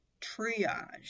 triage